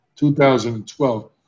2012